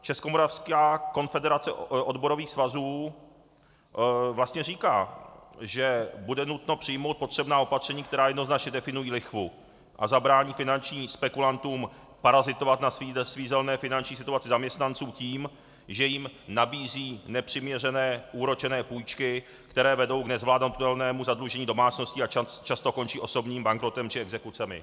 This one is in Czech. Českomoravská konfederace odborových svazů vlastně říká, že bude nutno přijmout potřebná opatření, která jednoznačně definují lichvu a zabrání finančním spekulantům parazitovat na svízelné finanční situaci zaměstnanců tím, že jim nabízí nepřiměřeně úročené půjčky, které vedou k nezvládnutelnému zadlužení domácností a často končí osobním bankrotem či exekucemi.